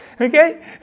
Okay